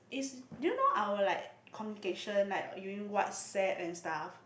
it's do you know our like communication like using WhatsApp and stuff